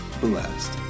blessed